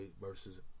versus